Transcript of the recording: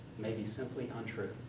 may be simply untrue.